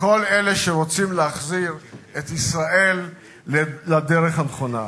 כל אלה שרוצים להחזיר את ישראל לדרך הנכונה.